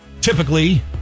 typically